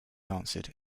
answered